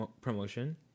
promotion